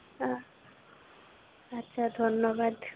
হ্যাঁ আচ্ছা ধন্যবাদ